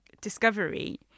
discovery